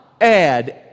add